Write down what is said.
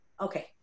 okay